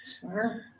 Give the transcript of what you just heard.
Sure